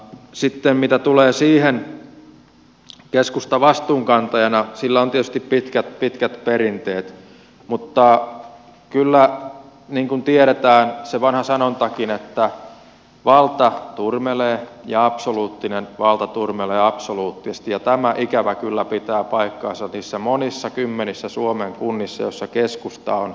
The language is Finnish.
sitten mitä tulee keskustaan vastuunkantajana sillä on tietysti pitkät pitkät perinteet mutta tiedetään se vanha sanontakin että valta turmelee ja absoluuttinen valta turmelee absoluuttisesti ja tämä ikävä kyllä pitää paikkansa niissä monissa kymmenissä suomen kunnissa joissa keskusta on enemmistönä